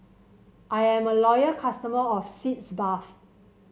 I am a loyal customer of Sitz Bath